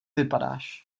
vypadáš